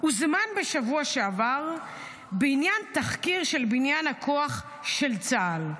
הוזמן בשבוע שעבר בעניין תחקיר של בניין הכוח של צה"ל.